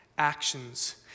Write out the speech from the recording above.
actions